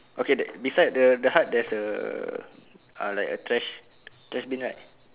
okay the beside the the heart there's a uh like a trash trash bin right